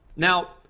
Now